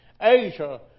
Asia